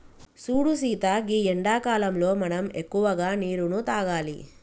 సూడు సీత గీ ఎండాకాలంలో మనం ఎక్కువగా నీరును తాగాలి